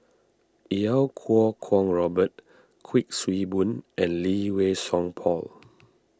Iau Kuo Kwong Robert Kuik Swee Boon and Lee Wei Song Paul